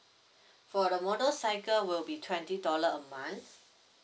for the motorcycle will be twenty dollar a month